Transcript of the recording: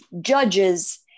judges